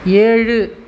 ஏழு